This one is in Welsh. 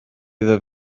iddo